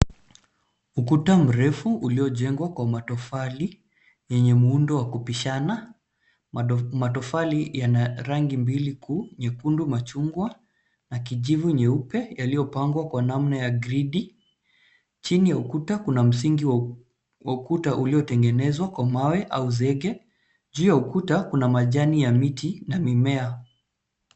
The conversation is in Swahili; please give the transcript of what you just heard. Ukuta mrefu uliojengwa kwa matofali yenye muundo wa kubishana. Matofali yana rangi mbili kuu, nyekundu machunguwa na kijivu nyeupe yaliyopangwa kwa naamna ya gridi. Chini ya ukuta kuna msingi wa ukuta uliotengenezwa kwa mawe au zege. Juu ya ukuta kuna majani ya miti na mimea.